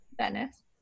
Venice